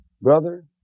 brother